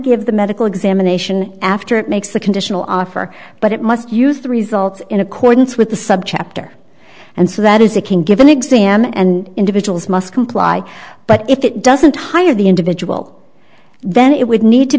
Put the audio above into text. give the medical examination after it makes the conditional offer but it must use the result in accordance with the subchapter and so that is it can give an exam and individuals must comply but if it doesn't hire the individual then it would need to